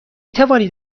توانید